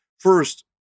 First